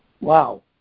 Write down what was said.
Wow